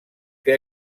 que